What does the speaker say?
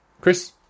Chris